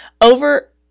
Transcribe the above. over